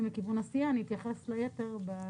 אתייחס ליתר בהמשך.